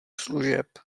služeb